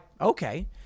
okay